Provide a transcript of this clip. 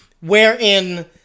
wherein